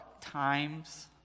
times